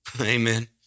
Amen